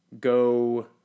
go